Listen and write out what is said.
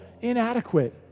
inadequate